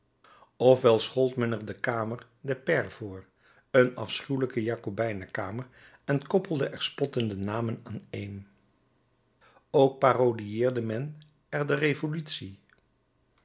wel schold men er de kamer der pairs voor een afschuwelijke jakobijnen kamer en koppelde er spottende namen aaneen ook parodiëerde men er de revolutie